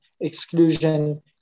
exclusion